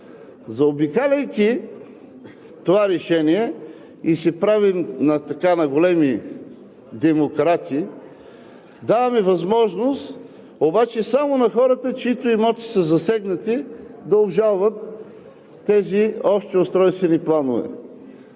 Заобикаляйки това решение – и се правим на големи демократи, даваме възможност обаче само на хората, чиито имоти са засегнати, да обжалват тези общи устройствени планове.